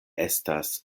estas